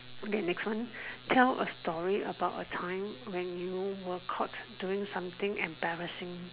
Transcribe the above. then next one tell a story about a time when you were caught doing something embarrassing